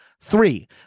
Three